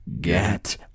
Get